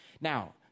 Now